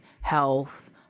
health